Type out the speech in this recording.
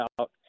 out